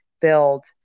build